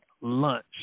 lunch